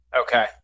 Okay